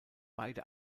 beide